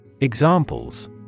Examples